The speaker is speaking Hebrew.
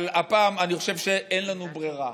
אבל הפעם אני חושב שאין לנו ברירה,